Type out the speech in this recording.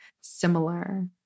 similar